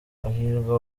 hahirwa